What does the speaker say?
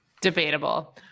Debatable